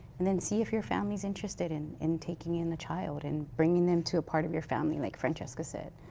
and then see if your family is interested in in taking in the child and bringing them to a part of your family like francesca said.